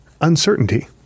Uncertainty